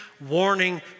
warning